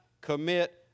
commit